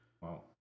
wow